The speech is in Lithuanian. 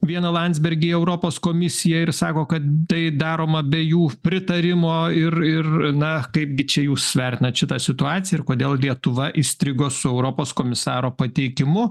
vieną landsbergį į europos komisiją ir sako kad tai daroma be jų pritarimo ir ir na kaipgi čia jūs vertinat šitą situaciją ir kodėl lietuva įstrigo su europos komisaro pateikimu